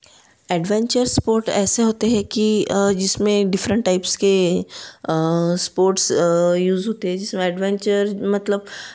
adventure sport ऐसे होते हैं कि जिसमें डिफरेंट टाइप्स के स्पोर्ट्स यूज़ होते हैं जिसमें एडवेंचर्स मतलब